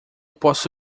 posso